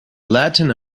latin